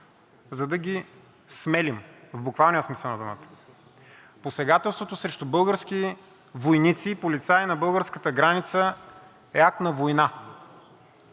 за да ги смелим“, в буквалния смисъл на думата. Посегателството срещу български войници и полицаи на българската граница е акт на война.